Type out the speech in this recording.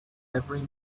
every